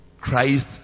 Christ